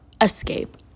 escape